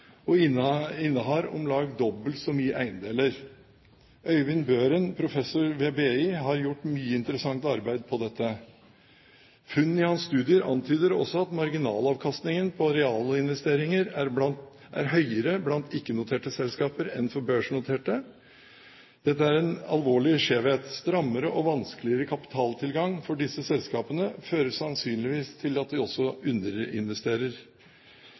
mange og innehar om lag dobbelt så mye eiendeler. Øyvind Bøhren, professor ved BI, har gjort mye interessant arbeid på dette. Funnene i hans studier antyder også at marginalavkastningen på realinvesteringer er høyere blant ikke-noterte selskaper enn for børsnoterte. Dette er en alvorlig skjevhet. Strammere og vanskeligere kapitaltilgang for disse selskapene fører sannsynligvis til at de også underinvesterer.